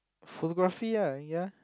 photography ah ya